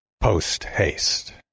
Post-haste